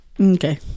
Okay